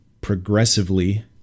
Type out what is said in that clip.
progressively